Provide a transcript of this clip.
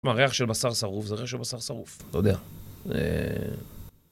כלומר, ריח של בשר שרוף זה ריח של בשר שרוף, אתה יודע.